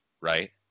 right